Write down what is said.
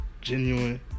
genuine